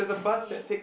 okay